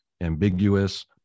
ambiguous